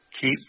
keep